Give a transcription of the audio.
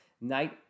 night